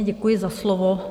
Děkuji za slovo.